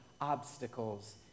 obstacles